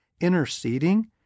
interceding